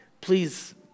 please